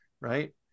right